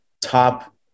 top